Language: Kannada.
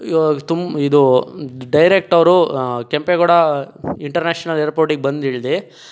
ಇವಾಗ ತುಂಬ ಇದು ಡೈರೆಕ್ಟ್ ಅವರು ಕೆಂಪೇಗೌಡ ಇಂಟರ್ನ್ಯಾಷನಲ್ ಏರ್ಪೋರ್ಟಿಗೆ ಬಂದಿಳಿದು